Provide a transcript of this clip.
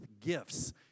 gifts